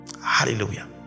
Hallelujah